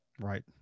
Right